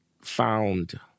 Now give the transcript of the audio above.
found